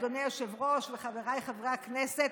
אדוני היושב-ראש וחבריי חברי הכנסת,